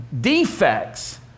defects